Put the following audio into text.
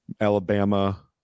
Alabama